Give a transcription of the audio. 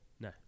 No